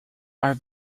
are